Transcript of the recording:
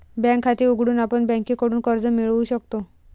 bank खाते उघडून आपण बँकेकडून कर्ज मिळवू शकतो